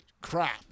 crap